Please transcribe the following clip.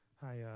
Hi